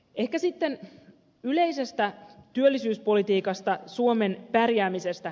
ehkä sitten yleisestä työllisyyspolitiikasta suomen pärjäämisestä